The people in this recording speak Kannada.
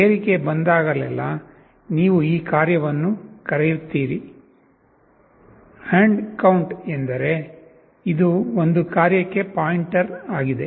ಏರಿಕೆ ಬಂದಾಗಲೆಲ್ಲಾ ನೀವು ಈ ಕಾರ್ಯವನ್ನು ಕರೆಯುತ್ತೀರಿ count ಎಂದರೆ ಇದು ಒಂದು ಕಾರ್ಯಕ್ಕೆ ಪಾಯಿಂಟರ್ ಆಗಿದೆ